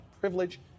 privilege